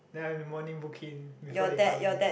then I need to morning booking before they come in